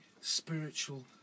spiritual